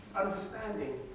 understanding